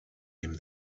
him